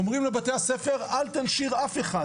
אומרים לבתי-הספר אל תנשיר אף אחד.